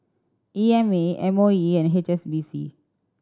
E M A M O E and H S B C